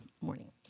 morning